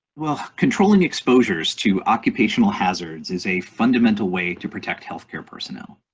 well controlling exposures to occupational hazards is a fundamental way to protect healthcare personnel.